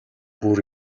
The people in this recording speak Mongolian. бүр